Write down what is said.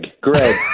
Greg